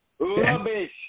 Rubbish